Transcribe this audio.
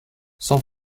sans